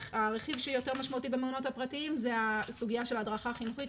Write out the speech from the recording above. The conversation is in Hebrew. הרכיב שהוא יותר משמעותי במעונות הפרטיים הוא הסוגיה של הדרכה חינוכית,